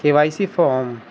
K Y C form